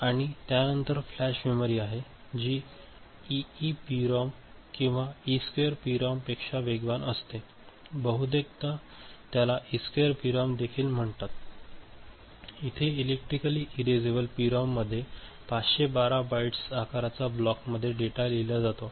आणि त्यानंतर flash memory आहे जी इइपीरॉम किंवा इ स्क्वेअर पीरॉममपेक्षा वेगवान असते बहुतेकदा त्याला इ स्क्वेअर पीरॉमम देखील म्हणतात इथे इलेक्ट्रिकल इरेसेबल पीरॉम मध्ये 512 बाइट्स आकाराच्या ब्लॉकमध्ये डेटा लिहिल्या जातो